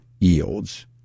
yields